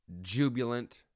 jubilant